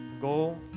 go